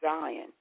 Zion